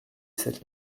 cette